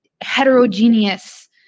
heterogeneous